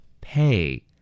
pay